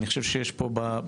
אני חושב שיש חשיבות